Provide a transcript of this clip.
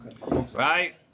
Right